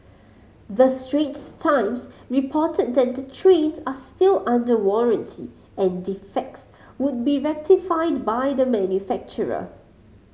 the Straits Times reported that the trains are still under warranty and defects would be rectified by the manufacturer